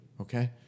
Okay